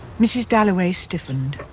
mrs. dalloway stiffened.